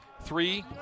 Three